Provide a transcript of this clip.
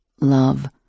Love